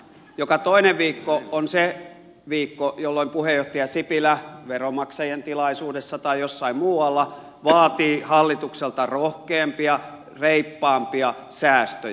joka toinen viikko on se viikko jolloin puheenjohtaja sipilä veronmaksajien tilaisuudessa tai jossain muualla vaatii hallitukselta rohkeampia reippaampia säästöjä